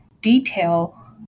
detail